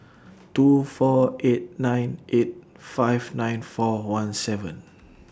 two four eight nine eight five nine four one seven